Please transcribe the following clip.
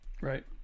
right